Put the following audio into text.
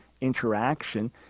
interaction